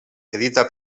edita